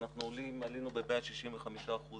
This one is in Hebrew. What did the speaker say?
עלינו ב-165%